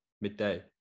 Midday